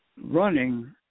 running